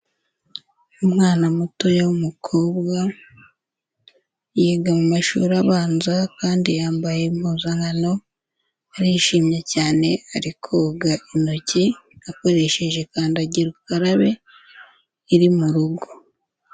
Umwana mutoya w'umukobwa, yiga mu mashuri abanza kandi yambaye impuzankano, arishimye cyane ari koga intoki akoresheje kandagira ukarabe iri mu rugo.